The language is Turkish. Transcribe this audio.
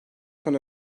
son